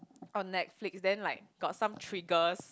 on Netflix then like got some triggers